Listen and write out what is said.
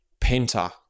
Penta